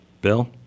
Bill